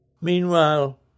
Meanwhile